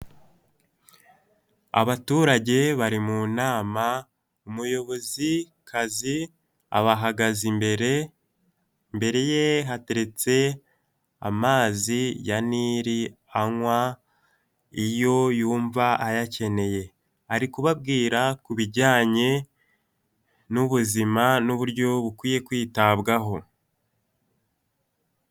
Abaturage bari mu nama umuyobozikazi abahagaze imbere; imbere ye hateretse amazi ya nili anywa iyo yumva ayakeneye; ari kubabwira ku bijyanye n'ubuzima n'uburyo bukwiye kwitabwaho.